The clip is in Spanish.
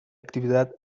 actividad